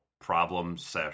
Problems